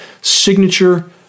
Signature